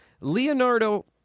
Leonardo